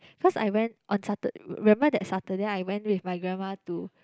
cause I went on Satur~ remember that Saturday I went with my grandma to